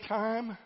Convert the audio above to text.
time